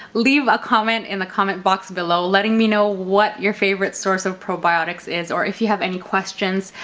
leave a comment in the comment box below letting me know what your favorite source of probiotics is or if you have any questions,